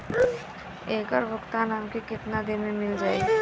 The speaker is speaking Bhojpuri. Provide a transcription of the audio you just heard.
ऐकर भुगतान हमके कितना दिन में मील जाई?